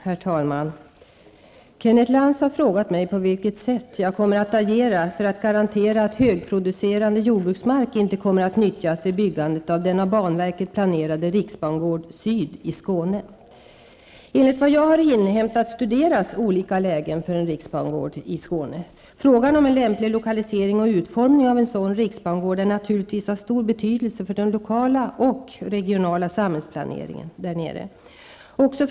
Herr talman! Kenneth Lantz har frågat mig på vilket sätt jag kommer att agera för att garantera att högproducerande jordsbruksmark inte kommer att nyttjas vid byggandet av den av banverket planerade Riksbangård Syd i Skåne. Enligt vad jag har inhämtat studeras olika lägen för en riksbangård i Skåne. Frågan om en lämplig lokalisering och utformning av en sådan riksbangård är naturligtvis av stor betydelse för den lokala och regionala samhällsplaneringen i Skåne.